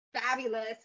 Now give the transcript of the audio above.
Fabulous